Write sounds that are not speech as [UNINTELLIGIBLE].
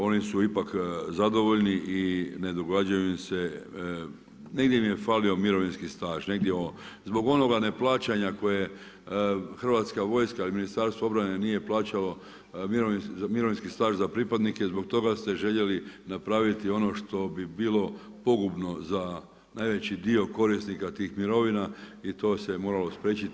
Oni su ipak zadovoljni i ne događaju im se, negdje im je falio mirovinski staž, negdje … [UNINTELLIGIBLE] Zbog onoga neplaćanje koje HV ili Ministarstvo obrane nije plaćalo mirovinski staž za pripadnike zbog toga ste željeli napraviti ono što bi bilo pogubno za najveći dio korisnika tih mirovina i to se moralo spriječiti.